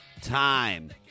time